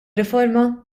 riforma